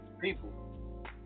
people